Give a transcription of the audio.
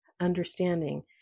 understanding